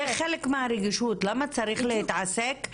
זה חלק מהרגישות למה צריך להתעסק,